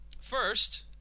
First